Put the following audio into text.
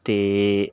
ਅਤੇ